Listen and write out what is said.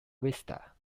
vista